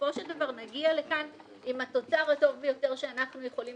שבסופו של דבר נגיע לכאן עם התוצר הטוב ביותר שאנחנו יכולים